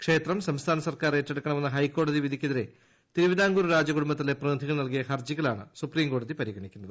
ക്ഷേത്രം സംസ്ഥാന ഗവൺമെന്റ് ഏറ്റെടുക്കണമെന്ന ഹൈക്കോടതി വിധിക്കെതിരേ തിരുവിതാംകൂർ രാജകുടുംബത്തിലെ പ്രതിനിധികൾ നൽകിയ ഹർജികളാണ് സുപ്രീംകോടതി പരിഗ്രണിക്കുന്നത്